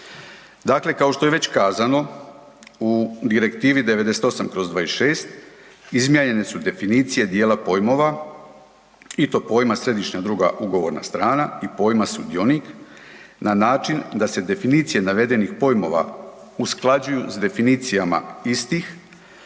Dakle, kao što je već kazano u Direktivi 98/26 izmijenjene su definicije dijela pojmova i to pojma „središnja druga ugovorna strana“ i pojma „sudionik“ na način da se definicije navedenih pojmova usklađuju s definicijama istih,